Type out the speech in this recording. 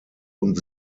und